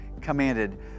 commanded